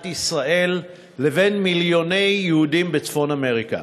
ישראל לבין מיליוני יהודים בצפון אמריקה.